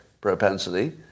propensity